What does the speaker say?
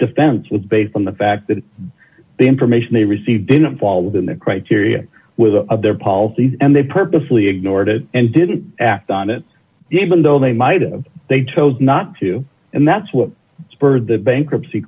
defense was based on the fact that the information they received didn't fall within the criteria with their policies and they purposely ignored it and didn't act on it even though they might of they told not to and that's what spurred the bankruptcy